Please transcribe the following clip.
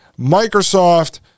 Microsoft